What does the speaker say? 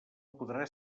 podrà